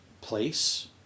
place